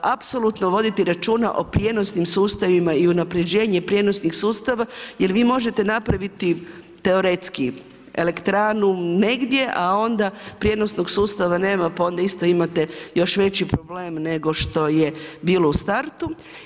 Apsolutno voditi računa o prijenosnim sustavima i unaprjeđenje prijenosnih sustava, jer vi možete napraviti teoretski elektranu negdje, a onda prijenosnog sustava nema pa onda isto imate još veći problem nego što je bilo u startu.